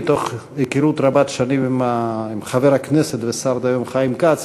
מתוך היכרות רבת שנים עם חבר הכנסת והשר דהיום חיים כץ,